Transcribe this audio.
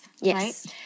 Yes